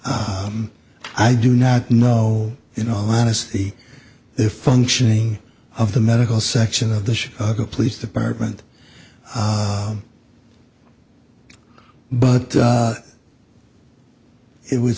ah i do not know in all honesty the functioning of the medical section of the chicago police department but it would